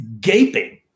gaping